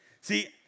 See